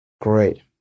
great